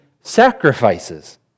sacrifices